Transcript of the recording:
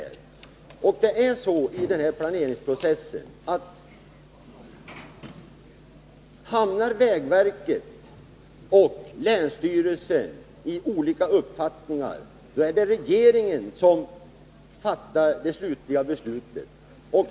Det förhåller sig så i denna planeringsprocess att om vägverket och länsstyrelsen har olika uppfattningar är det regeringen som träffar det slutliga avgörandet.